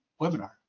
webinar